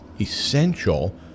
essential